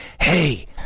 Hey